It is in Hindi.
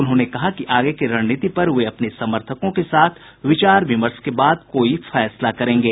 उन्होंने कहा कि आगे की रणनीति पर वे अपने समर्थकों के साथ विचार विमर्श के बाद कोई फैसला करेंगे